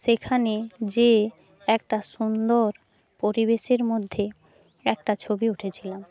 সেখানে যেয়ে একটা সুন্দর পরিবেশের মধ্যে একটা ছবি উঠেছিলাম